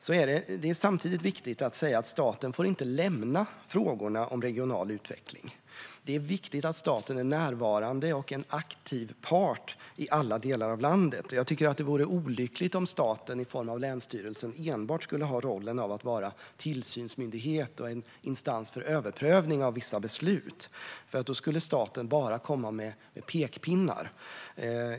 Men det är samtidigt viktigt att säga att staten inte får lämna frågorna om regional utveckling. Det är viktigt att staten är närvarande och en aktiv part i alla delar av landet. Jag tycker att det vore olyckligt om staten i form av länsstyrelsen enbart skulle ha rollen av att vara tillsynsmyndighet och en instans för överprövning av vissa beslut, för då skulle staten bara komma med pekpinnar.